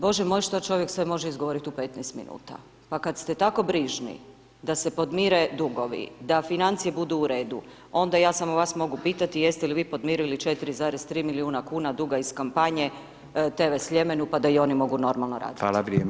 Bože moj što čovjek može sve izgovorit u 15 minuta, pa kad ste tako brižni da se podmire dugove, da financije budu u redu, onda ja samo vas mogu pitati jeste li vi podmirili 4,3 milijuna kuna duga iz kampanje TV Sljemenu, pa da i oni mogu normalno raditi?